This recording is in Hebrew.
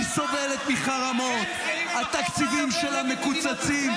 היא סובלת מחרמות, התקציבים שלה מקוצצים.